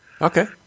Okay